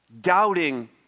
Doubting